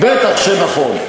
בטח שנכון.